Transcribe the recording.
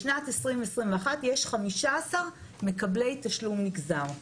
בשנת 2021 יש 15 מקבלי תשלום נגזר.